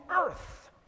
earth